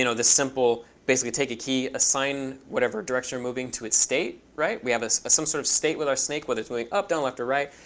you know the simple basically take a key, assign whatever direction you're moving to its state, right? we have ah some sort of state with our snake whether its moving up, down, left, or right.